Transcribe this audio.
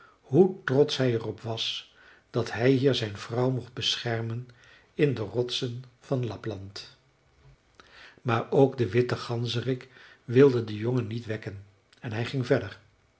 hoe trotsch hij er op was dat hij hier zijn vrouw mocht beschermen in de rotsen van lapland maar ook den witten ganzerik wilde de jongen niet wekken en hij ging verder